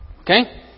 Okay